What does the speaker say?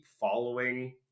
following